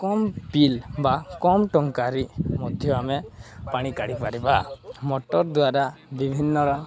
କମ୍ bill ବା କମ୍ ଟଙ୍କାରେ ମଧ୍ୟ ଆମେ ପାଣି କାଢ଼ିପାରିବା ମଟର୍ ଦ୍ୱାରା ବିଭିନ୍ନ